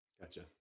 gotcha